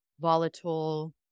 volatile